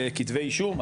כתבי אישום,